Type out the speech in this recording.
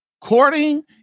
Courting